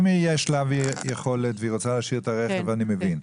אם יש לה יכולת והיא רוצה להשאיר את הרכב אני מבין,